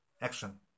action